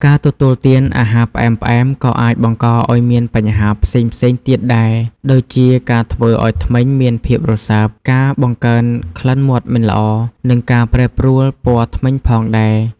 ការទទួលទានអាហារផ្អែមៗក៏អាចបង្កឱ្យមានបញ្ហាផ្សេងៗទៀតដែរ ដូចជាការធ្វើឱ្យធ្មេញមានភាពរសើប ការបង្កើនក្លិនមាត់មិនល្អ និងការប្រែប្រួលពណ៌ធ្មេញផងដែរ។